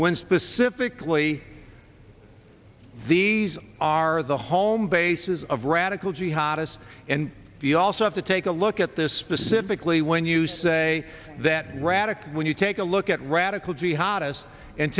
when specifically these are the home bases of radical jihadists and we also have to take a look at this specifically when you say that radek when you take a look at radical jihad us and